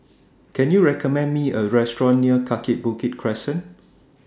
Can YOU recommend Me A Restaurant near Kaki Bukit Crescent